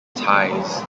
ties